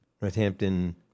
Northampton